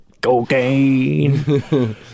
Cocaine